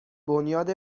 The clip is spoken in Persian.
بنیاد